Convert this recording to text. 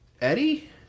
Eddie